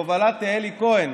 בהובלת אלי כהן,